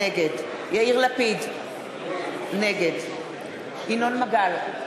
נגד יאיר לפיד, נגד ינון מגל,